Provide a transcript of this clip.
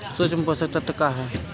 सूक्ष्म पोषक तत्व का ह?